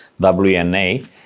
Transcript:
WNA